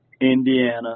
Indiana